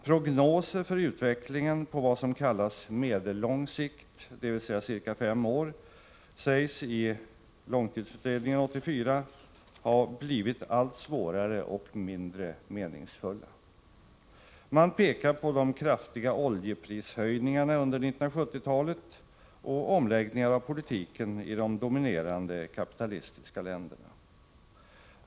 Prognoser för utvecklingen på vad som kallas medellång sikt, dvs. ca fem år, sägs i betänkandet från 1984 års långtidsutredning ha ”blivit allt svårare och mindre meningsfulla”. Man pekar på de kraftiga oljeprishöjningarna under 1970-talet och omläggningar av politiken i de dominerande kapitalistiska länderna.